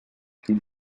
quin